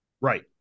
Right